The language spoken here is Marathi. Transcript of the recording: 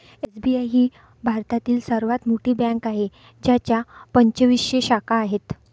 एस.बी.आय ही भारतातील सर्वात मोठी बँक आहे ज्याच्या पंचवीसशे शाखा आहेत